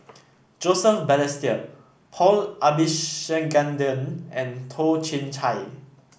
Joseph Balestier Paul Abisheganaden and Toh Chin Chye